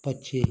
पक्षी